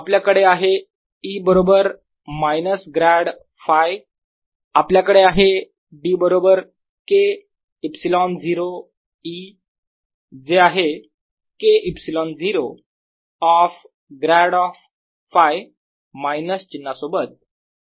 आपल्याकडे आहे E बरोबर मायनस ग्रॅड Φ आपल्याकडे आहे D बरोबर K ε0 E जे आहे K ε0 of grad of Φ minus चिन्हा सोबत